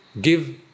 give